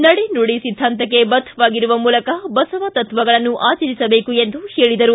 ನಡೆ ನುಡಿ ಸಿದ್ದಾಂತಕ್ಕೆ ಬದ್ದವಾಗಿರುವ ಮೂಲಕ ಬಸವ ತತ್ವಗಳನ್ನು ಆಚರಿಸಬೇಕು ಎಂದು ಹೇಳಿದರು